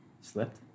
slept